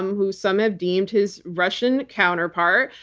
um who some have deemed his russian counterpart.